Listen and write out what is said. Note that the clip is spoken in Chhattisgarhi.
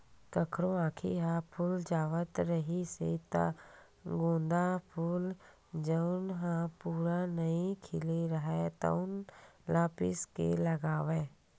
कखरो आँखी ह फूल जावत रिहिस हे त गोंदा फूल जउन ह पूरा नइ खिले राहय तउन ल पीस के लगावय